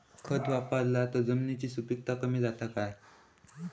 खत वापरला तर जमिनीची सुपीकता कमी जाता काय?